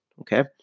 okay